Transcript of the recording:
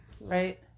right